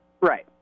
Right